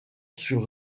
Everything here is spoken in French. sur